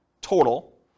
total